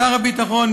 שר הביטחון,